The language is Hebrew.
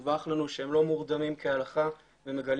דווח לנו שהם לא מורדמים כהלכה והם מגלים